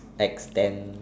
extend